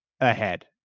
ahead